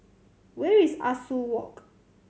where is Ah Soo Walk